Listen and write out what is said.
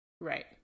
Right